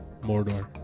Mordor